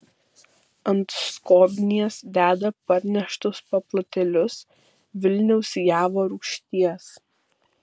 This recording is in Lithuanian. ant skobnies deda parneštus paplotėlius vilniaus javo rūgšties